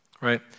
right